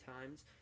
times